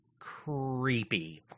creepy